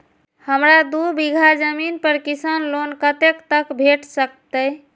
हमरा दूय बीगहा जमीन पर किसान लोन कतेक तक भेट सकतै?